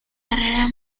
carrera